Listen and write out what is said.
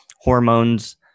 hormones